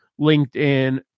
LinkedIn